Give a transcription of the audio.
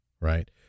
right